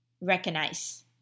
recognize